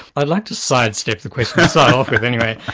i'd like to sidestep the question, to start off with, anyway.